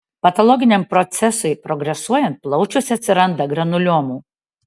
patologiniam procesui progresuojant plaučiuose atsiranda granuliomų